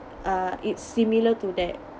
uh it's similar to that